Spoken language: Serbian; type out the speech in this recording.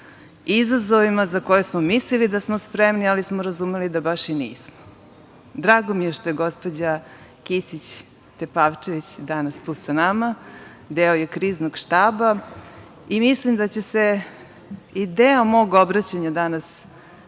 izazovima za koje smo mislili da smo spremni ali smo razumeli da baš i nismo. Drago mi je što je gospođa Kisić Tepavčević danas tu sa nama, deo je kriznog štaba i mislim da će se i deo mog obraćanja danas